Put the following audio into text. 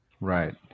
Right